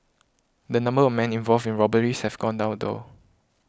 the number of men involved in robberies have gone down though